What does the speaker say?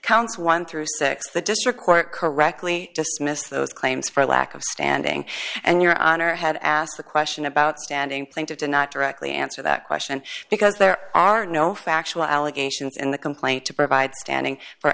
counts one through six the district court correctly dismissed those claims for lack of standing and your honor had asked the question about standing plaintive did not directly answer that question because there are no factual allegations in the complaint to provide standing for